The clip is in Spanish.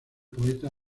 poeta